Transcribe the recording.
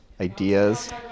ideas